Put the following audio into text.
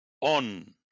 on